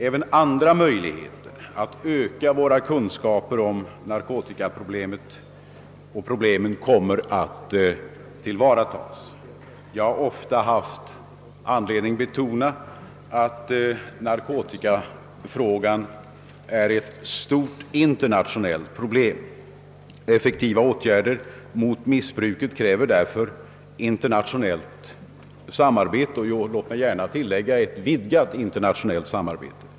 Även andra möjligheter att öka våra kunskaper om narkotikaproblemen kommer att tillvaratas. Som jag ofta haft anledning betona är narkotikafrågan ett stort internationellt problem. Effektiva åtgärder mot missbruket kräver därför ett vidgat internationellt samarbete.